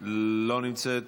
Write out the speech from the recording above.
לא נמצאת,